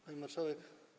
Pani Marszałek!